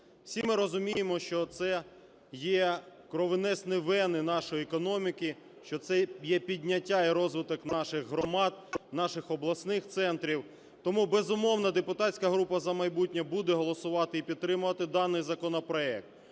Всі ми розуміємо, що це є кровоносні вени нашої економіки, що це є підняття і розвиток наших громад, наших обласних центрів. Тому, безумовно, депутатська група "За майбутнє" буде голосувати і підтримувати даний законопроект.